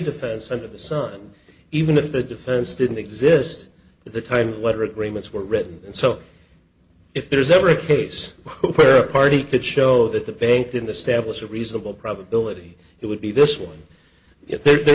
defense under the sun even if the defense didn't exist at the time whether agreements were written and so if there's ever a case where a party could show that the bank in the stamp was a reasonable probability it would be this one there